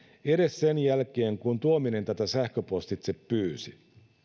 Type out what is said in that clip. edes sen jälkeen kun tuominen tätä sähköpostitse pyysi